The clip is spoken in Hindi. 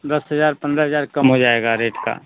दस हजार पन्द्रह हजार कम हो जाएगा रेट का